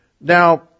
Now